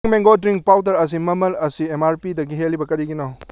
mango drink powder ꯑꯁꯤ ꯃꯃꯜ ꯑꯁꯤ ꯑꯦꯝ ꯃꯥꯔ ꯄꯤꯗꯒꯤ ꯍꯦꯜꯂꯤꯕ ꯀꯔꯤꯒꯤꯅꯣ